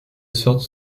sorte